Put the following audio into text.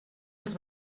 els